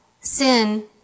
sin